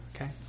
Okay